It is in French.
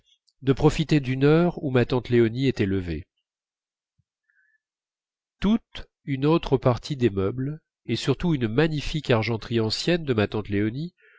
de profiter d'une heure où ma tante léonie était levée toute une autre partie des meubles et surtout une magnifique argenterie ancienne de ma tante léonie